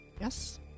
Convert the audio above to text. Yes